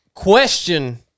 Question